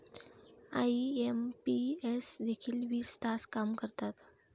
IMPS देखील वीस तास काम करतात?